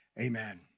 Amen